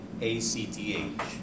ACTH